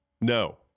No